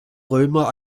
römer